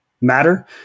matter